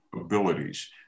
abilities